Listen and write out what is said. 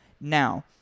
Now